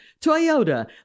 Toyota